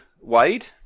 Wade